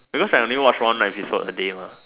because I only watch one episode a day mah